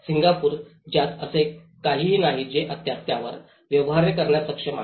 Singapore ज्यात असे काहीही नाही जे अद्याप त्यावर व्यवहार करण्यास सक्षम आहे